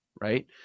right